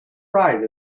prize